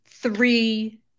three